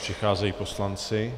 A přicházejí poslanci.